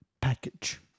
package